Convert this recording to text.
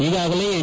ಈಗಾಗಲೇ ಎನ್